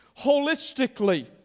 holistically